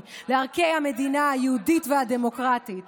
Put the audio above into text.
לערכי המדינה היהודית והדמוקרטית